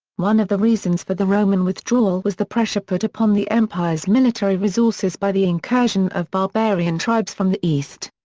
one of the reasons for the roman withdrawal was the pressure put upon the empire's military resources by the incursion of barbarian tribes from the east.